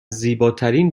زیباترین